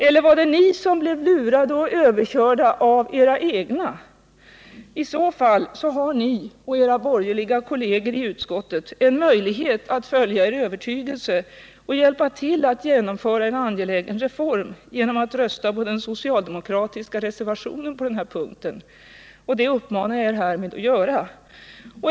Eller var det ni som blev lurade och överkörda, av era egna? I så fall har ni och era borgerliga kolleger i utskottet en möjlighet ati följa er övertygelse och hjälpa till att genomföra en angelägen reform genom att rösta på den socialdemokratiska reservationen på den här punkten. Och det uppmanar jag er härmed att göra.